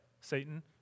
Satan